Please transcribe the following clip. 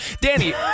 Danny